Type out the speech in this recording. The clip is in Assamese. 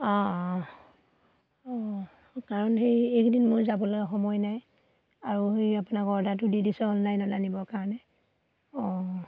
অঁ অঁ অঁ কাৰণ সেই এইকেইদিন মোৰ যাবলৈ সময় নাই আৰু সেই আপোনাক অৰ্ডাৰটো দি দিছোঁ অনলাইনত আনিবৰ কাৰণে অঁ